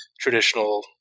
traditional